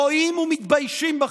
רואים ומתביישים בכם,